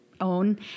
own